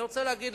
אני רוצה להגיד